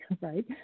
right